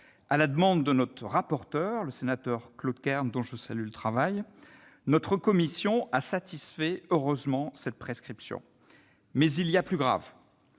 À la demande de notre rapporteur, le sénateur Claude Kern, dont je salue le travail, notre commission a satisfait heureusement cette prescription. Mais il y a plus grave